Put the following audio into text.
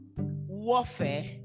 warfare